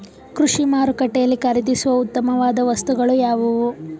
ಕೃಷಿ ಮಾರುಕಟ್ಟೆಯಲ್ಲಿ ಖರೀದಿಸುವ ಉತ್ತಮವಾದ ವಸ್ತುಗಳು ಯಾವುವು?